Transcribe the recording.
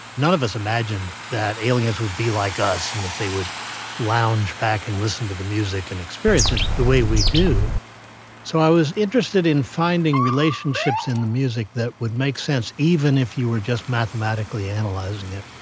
none of us imagined that aliens would be like us and that they would lounge back and listen to the music and experience it the way we do so, i was interested in finding relationships in the music that would make sense even if you were just mathematically analyzing it.